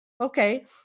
okay